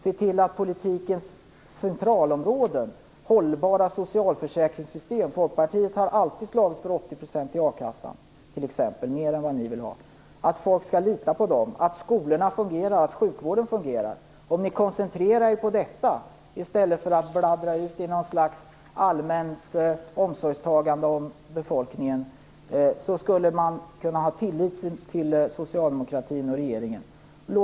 Se till att människor litar på politikens centralområden, såsom hållbara socialförsäkringssystem. Folkpartiet har alltid slagits för en 80-procentig nivå i a-kassan t.ex., vilket är mer än vad Socialdemokraterna vill ha. Se till att skolorna och sjukvården fungerar. Om ni koncentrerar er på detta i stället för att sväva ut i något slags allmän omsorg om befolkningen, skulle man kunna ha tillit till socialdemokratin och regeringen.